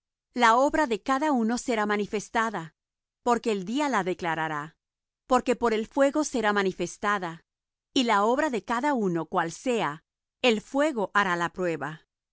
la obra de cada uno será manifestada porque el día la declarará porque por el fuego será manifestada y la obra de cada uno cuál sea el fuego hará la prueba